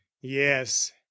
Yes